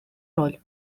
роль